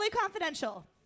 Confidential